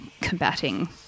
combating